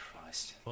Christ